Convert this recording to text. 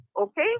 Okay